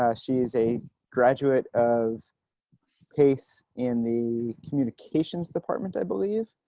ah she is a graduate of pace in the communications department, i believe.